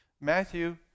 Matthew